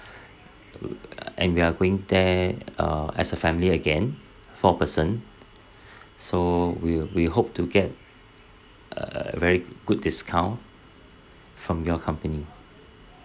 err and we're going there uh as a family again four person so we'll we hope to get uh a very good discount from your company